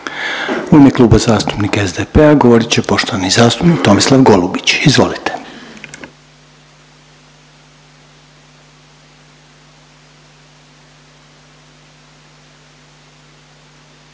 U ime Kluba zastupnika SDP-a govorit će poštovani zastupnik Tomislav Golubić. Izvolite.